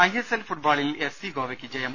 I S L ഫുട്ബോളിൽ F C ഗോവയ്ക്ക് ജയം